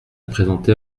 présenté